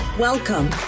Welcome